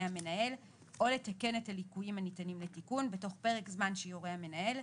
המנהל או לתקן את הליקויים הניתנים לתיקון בתוך פרק זמן שיורה המנהל,